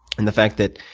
and the fact that.